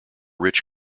rich